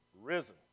risen